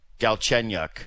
Galchenyuk